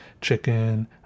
chicken